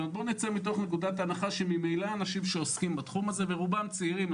נצא מנקודת הנחה שממילא אנשים שעוסקים בתחום הזה הם ברובם צעירים,